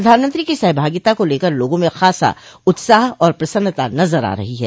प्रधानमंत्री की सहभागिता को लेकर लोगों में खासा उत्साह और प्रसन्नता नजर आ रही है